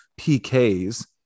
PKs